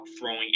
throwing